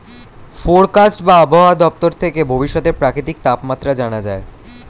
forecast বা আবহাওয়া দপ্তর থেকে ভবিষ্যতের প্রাকৃতিক তাপমাত্রা জানা যায়